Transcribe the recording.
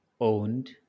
owned